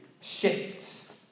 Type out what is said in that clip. shifts